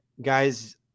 guys